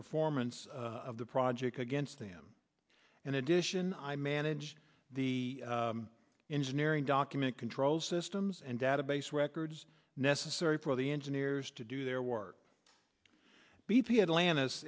performance of the project against him in addition i manage the engineering document control systems and database records necessary for the engineers to do their work b p atlanta